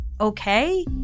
okay